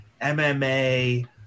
MMA